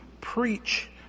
preach